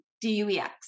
D-U-E-X